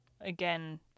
again